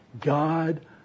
God